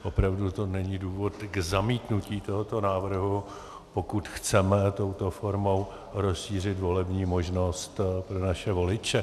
Opravdu to není důvod k zamítnutí tohoto návrhu, pokud chceme touto formou rozšířit volební možnost pro naše voliče.